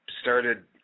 started